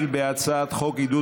הצעת החוק עברה